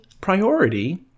priority